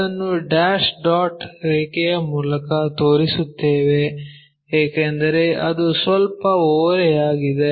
ಅದನ್ನು dash dot ರೇಖೆಯ ಮೂಲಕ ತೋರಿಸುತ್ತೇವೆ ಏಕೆಂದರೆ ಅದು ಸ್ವಲ್ಪ ಓರೆಯಾಗಿದೆ